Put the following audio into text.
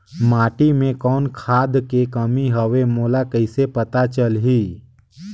माटी मे कौन खाद के कमी हवे मोला कइसे पता चलही?